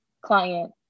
client